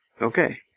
okay